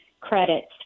Credits